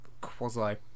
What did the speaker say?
quasi